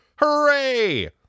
Hooray